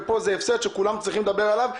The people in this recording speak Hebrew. ופה זה הפסד שכולנו צריכים לדבר עליו,